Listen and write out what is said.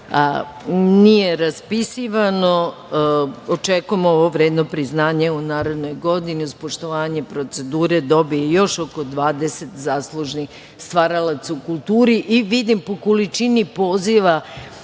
nije raspisivano. Očekujemo ovo vredno priznanje u narednoj godini uz poštovanje procedure da dobijemo još oko 20 zaslužnih stvaralaca u kulturi. Vidim po količini poziva